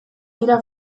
dira